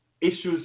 issues